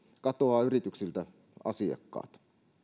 katoavat yrityksiltä asiakkaat